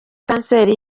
kanseri